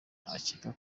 akeka